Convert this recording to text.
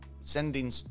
sending